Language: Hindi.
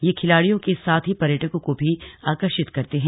यह खिलाड़ियों के साथ ही पर्यटकों को भी आकर्षित करते हैं